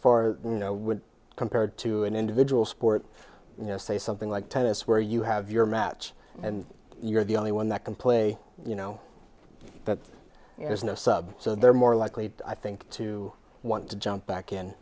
for you know compared to an individual sport you know say something like tennis where you have your match and you're the only one that can play you know that there's no sub so they're more likely i think to want to jump back in